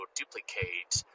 duplicate